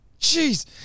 jeez